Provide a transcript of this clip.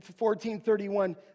1431